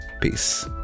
peace